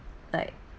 like